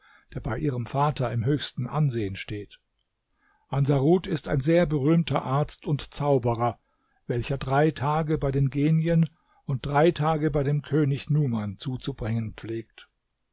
der bei ihrem vater im höchsten ansehen steht ansarut ist ein sehr berühmter arzt und zauberer welcher drei tage bei den genien und drei tage bei dem könig numan zuzubringen pflegt